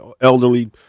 elderly